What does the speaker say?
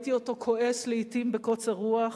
ראיתי אותו כועס לעתים בקוצר רוח,